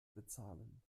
bezahlen